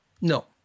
No